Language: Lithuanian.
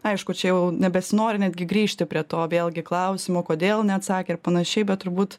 aišku čia jau nebesinori netgi grįžti prie to vėlgi klausimo kodėl neatsakė ir panašiai bet turbūt